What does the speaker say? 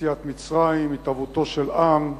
יציאת מצרים, התהוותו של עם,